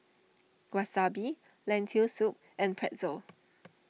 Wasabi Lentil Soup and Pretzel